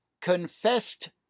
confessed